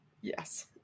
yes